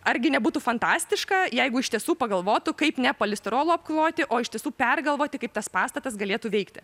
argi nebūtų fantastiška jeigu iš tiesų pagalvotų kaip ne polistirolu apkloti o iš tiesų pergalvoti kaip tas pastatas galėtų veikti